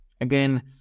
Again